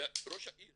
ראש העיר